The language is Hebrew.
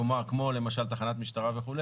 כמו למשל תחנת משטרה וכו',